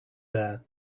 there